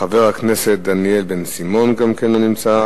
חבר הכנסת דניאל בן-סימון, גם כן לא נמצא.